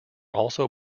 also